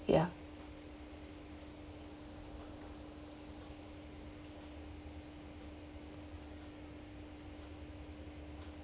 ya